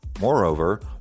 Moreover